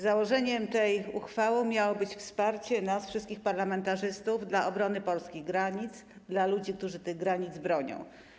Założeniem tej uchwały miało być wsparcie nas wszystkich, parlamentarzystów, dla obrony polskich granic, dla ludzi, którzy tych granic bronią.